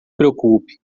preocupe